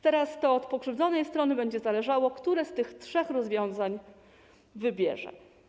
Teraz to od pokrzywdzonej strony będzie zależało, które z tych trzech rozwiązań wybierze.